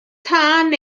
tân